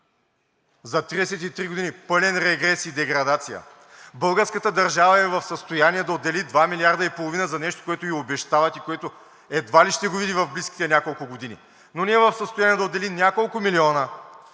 За 33 години пълен регрес и деградация. Българската държава е в състояние да отдели 2,5 милиарда за нещо, което ù обещават и което едва ли ще го види в близките няколко години, но не е в състояние да отдели няколко милиона,